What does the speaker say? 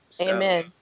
Amen